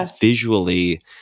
visually